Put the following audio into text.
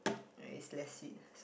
ya it's less sweet